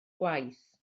gwaith